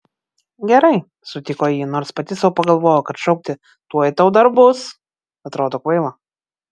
gerai sutiko ji nors pati sau pagalvojo kad šaukti tuoj tau dar bus atrodo kvaila